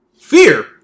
fear